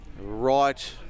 right